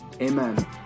amen